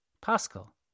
Pascal